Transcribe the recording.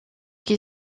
qui